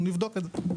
אנחנו נבדוק את זה.